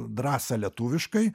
drąsa lietuviškai